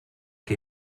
que